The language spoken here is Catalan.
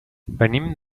venim